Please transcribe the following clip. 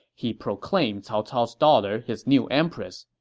he proclaimed cao cao's daughter his new empress,